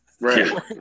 Right